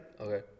okay